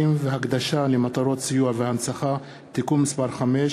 והקדשה למטרות סיוע והנצחה) (תיקון מס' 3),